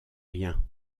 rien